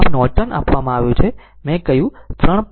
આમ નોર્ટન આપવામાં આવ્યું છે મેં કહ્યું 3